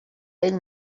ell